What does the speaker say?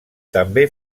també